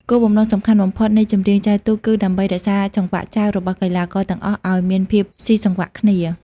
គោលបំណងសំខាន់បំផុតនៃចម្រៀងចែវទូកគឺដើម្បី រក្សាចង្វាក់ចែវ របស់កីឡាករទាំងអស់ឲ្យមានភាពស៊ីសង្វាក់គ្នា។